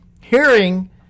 hearing